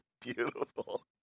beautiful